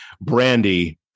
Brandy